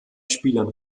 spielern